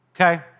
okay